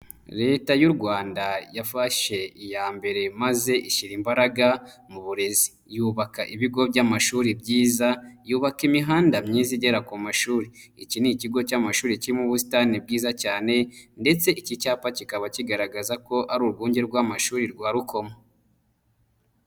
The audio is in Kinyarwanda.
Leta y'u Rwanda yafashe iya mbere maze ishyira imbaraga mu burezi. Yubaka ibigo by'amashuri byiza, yubaka imihanda myiza igera ku mashuri. Iki ni ikigo cy'amashuri kirimo ubusitani bwiza cyane ndetse iki cyapa kikaba kigaragaza ko ari urwunge rw'amashuri rwa Rukomo.